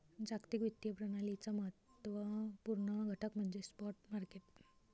जागतिक वित्तीय प्रणालीचा महत्त्व पूर्ण घटक म्हणजे स्पॉट मार्केट